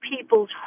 people's